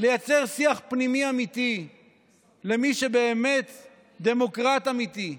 לייצר שיח פנימי אמיתי למי שבאמת דמוקרט אמיתי,